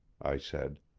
i said.